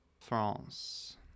France